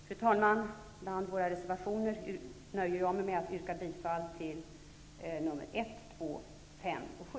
Fru talman! Bland våra reservationer nöjer jag mig med att yrka bifall till nr. 1, 2, 5 och 7.